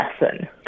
lesson